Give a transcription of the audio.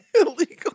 Illegal